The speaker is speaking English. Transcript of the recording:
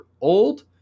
old